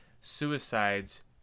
suicides